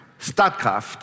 Stadtkraft